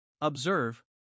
Observe